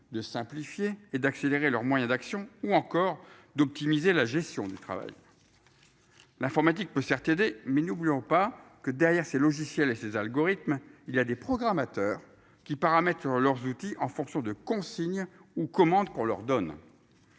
de simplifier et d'accélérer leurs moyens d'action ou encore d'optimiser la gestion du travail. L'informatique peut certes aider mais n'oublions pas que derrière ces logiciels et ces algorithmes. Il a des programmateurs qui paramètres sur leurs outils en fonction de consignes ou commande qu'on leur donne.